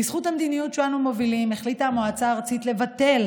בזכות המדיניות שאנו מובילים החליטה המועצה הארצית לבטל